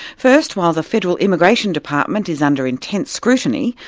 first, while the federal immigration department is under intense scrutiny,